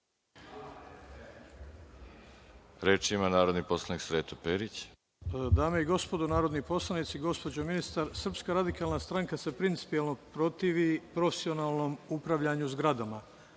Reč ima narodni poslanik Sreto Perić,